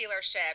dealership